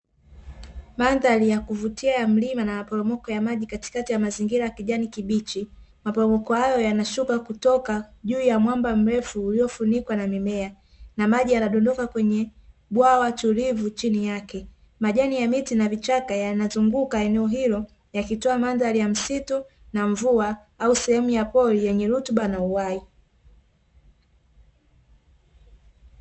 Mandhari ya kuvutia ya mlima na maporomoko ya maji katikati ya mazingira ya kijani kibichi. Maporomoko hayo yanashuka kutoka juu ya mwamba mrefu uliofunikwa na mimea na maji yanadondoka kwenye bwawa tulivu chini yake. Majani ya miti na vichaka yanazunguka eneo hilo yakitoa mandhari ya msitu na mvua au sehemu ya pori yenye rutuba na uhai.